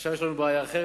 עכשיו יש לנו בעיה אחרת,